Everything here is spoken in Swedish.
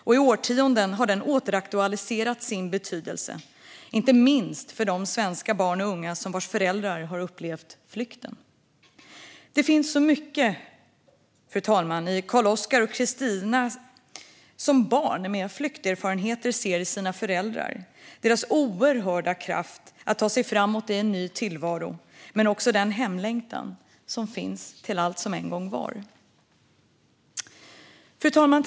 Och i årtionden har dess betydelse återaktualiserats, inte minst för de svenska barn och unga vars föräldrar har upplevt flykten. Det finns så mycket, fru talman, hos Karl Oskar och Kristina som barn med flykterfarenheter ser i sina föräldrar - deras oerhörda kraft att ta sig framåt i en ny tillvaro, men också den hemlängtan som finns till allt som en gång var. Fru talman!